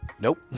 nope.